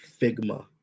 figma